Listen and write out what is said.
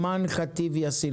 חברת הכנסת אימאן ח'טיב יאסין,